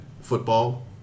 football